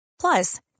Plus